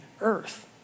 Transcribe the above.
earth